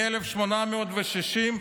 מ-1860,